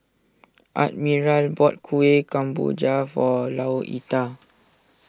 Admiral bought Kuih Kemboja for Louetta